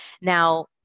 Now